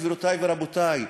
גבירותי ורבותי,